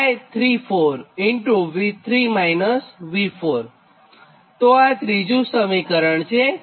આ ત્રીજું સમીકરણ છે